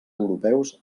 europeus